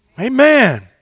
Amen